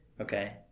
okay